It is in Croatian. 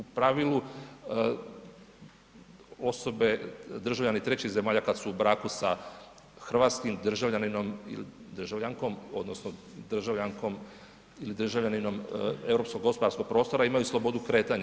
U pravilu osobe, državljani trećih zemalja kad su u braku sa hrvatskim državljaninom ili državljankom odnosno državljankom ili državljaninom Europskog gospodarskog prostora imaju slobodu kretanja.